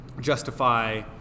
justify